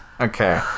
Okay